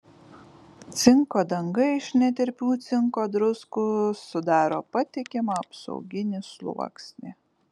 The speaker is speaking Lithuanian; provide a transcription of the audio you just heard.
cinko danga iš netirpių cinko druskų sudaro patikimą apsauginį sluoksnį